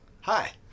Hi